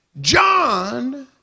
John